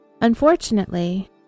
Unfortunately